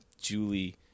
Julie